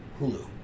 Hulu